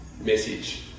message